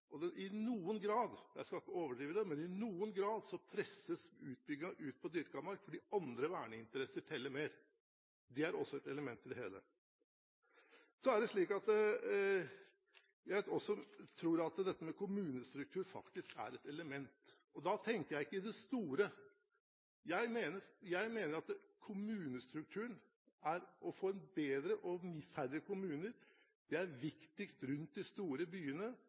I noen grad – jeg skal ikke overdrive det – presses utbyggingen ut på dyrket mark, fordi andre verneinteresser teller mer. Det er også et element i det hele. Jeg tror også at dette med kommunestrukturen faktisk er et element. Da tenker jeg ikke i det store. Jeg mener at kommunestrukturen, å få bedre og færre kommuner, er viktigst rundt de store byene,